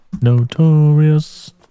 notorious